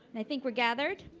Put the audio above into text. i think we're gathered.